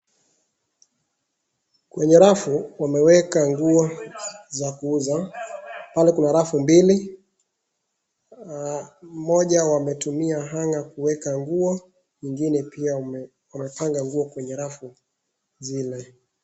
Kwenye rafu wameweka nguo za kuuza, pale kuna rafu mbili, moja wametumia hanger kuweka nguo, ingine pia wamepanga nguo kwenye rafu zile.